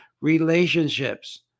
relationships